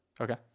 Okay